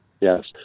Yes